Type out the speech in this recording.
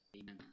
Amen